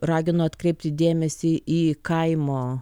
ragino atkreipti dėmesį į kaimo